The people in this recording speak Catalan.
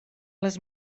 les